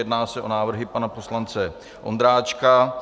Jedná se o návrhy pana poslance Ondráčka.